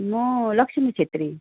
म लक्ष्मी छेत्री